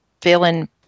feeling